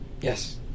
Yes